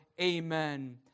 amen